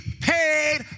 paid